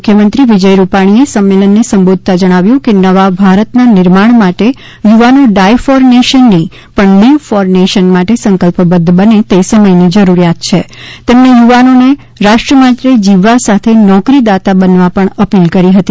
મુખ્યમંત્રી વિજય રૂપાણીએ સંમેલનને સંબોધતા જણાવ્યું કે નવા ભારતના નિર્માણ માટે યુવાનો ડાય ફોર નેશન નહીં પણ લીવ ફોર નેશન માટે સંકલ્પબધ્ધ બને તે સમયની જરૂરિયાત છે તેમણે યુવાનોને રાષ્ટ્ર માટે જીવવા સાથે નોકરીદાતા બનવા અપીલ કરી હતી